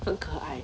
很可爱